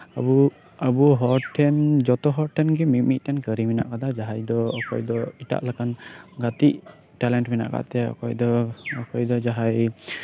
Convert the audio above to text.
ᱟᱵᱚ ᱟᱵᱚ ᱦᱚᱲᱴᱷᱮᱱ ᱡᱷᱚᱛᱚᱦᱚᱲ ᱴᱷᱮᱱᱜᱮ ᱢᱤᱫᱢᱤᱫᱴᱮᱱ ᱠᱟᱹᱨᱤ ᱢᱮᱱᱟᱜ ᱟᱠᱟᱫᱟ ᱡᱟᱦᱟᱸᱭ ᱫᱚ ᱚᱠᱚᱭ ᱫᱚ ᱮᱴᱟᱜ ᱞᱮᱠᱟᱱ ᱜᱟᱛᱮᱜ ᱴᱮᱞᱮᱱᱴ ᱢᱮᱱᱟᱜ ᱟᱠᱟᱫ ᱛᱟᱭᱟ ᱚᱠᱚᱭ ᱫᱚ ᱚᱠᱚᱭ ᱫᱚ ᱡᱟᱦᱟᱸᱭ